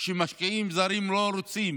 שמשקיעים זרים לא רוצים